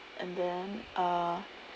and then uh